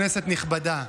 כנסת נכבדה,